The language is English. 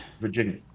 Virginia